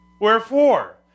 wherefore